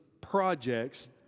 projects